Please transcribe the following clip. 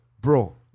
bro